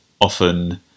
often